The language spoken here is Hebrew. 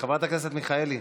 חברת הכנסת מיכאלי,